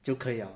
就可以 liao